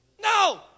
No